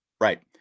Right